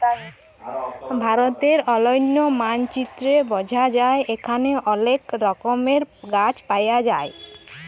ভারতের অলন্য মালচিত্রে বঝা যায় এখালে অলেক রকমের গাছ পায়া যায়